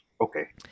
Okay